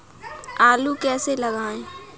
आलू कैसे लगाएँ?